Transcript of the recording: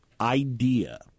idea